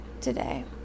today